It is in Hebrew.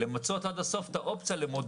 למצות עד הסוף את האופציה למודל.